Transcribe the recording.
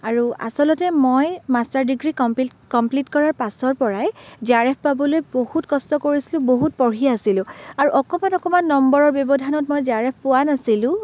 আৰু আচলতে মই মাষ্টাৰ ডিগ্ৰী কমপিল কম্প্লিট কৰাৰ পাছৰ পৰাই জে আৰ এফ পাবলৈ বহুত কষ্ট কৰিছিলোঁ বহুত পঢ়ি আছিলোঁ আৰু অকণমান অকণমান নম্বৰৰ ব্যৱধানত মই জে আৰ এফ পোৱা নাছিলোঁ